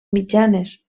mitjanes